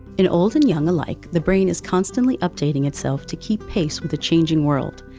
in old and young alike, the brain is constantly updating itself to keep pace with a changing world,